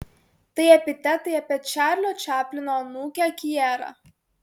tai epitetai apie čarlio čaplino anūkę kierą